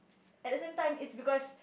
at the same time it's because